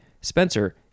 Spencer